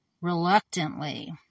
reluctantly